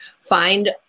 find